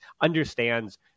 understands